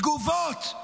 תגובות,